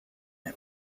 him